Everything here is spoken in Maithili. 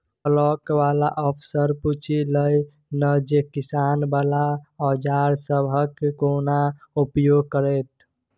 बिलॉक बला अफसरसँ पुछि लए ना जे किसानी बला औजार सबहक कोना उपयोग हेतै?